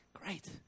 Great